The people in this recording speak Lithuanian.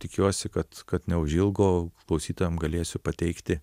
tikiuosi kad kad neužilgo klausytojam galėsiu pateikti